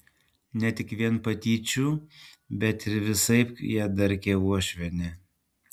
ne tik vien patyčių bet ir visaip ją darkė uošvienė